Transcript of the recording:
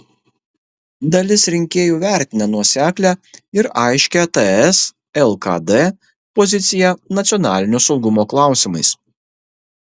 dalis rinkėjų vertina nuoseklią ir aiškią ts lkd poziciją nacionalinio saugumo klausimais